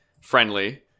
friendly